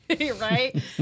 right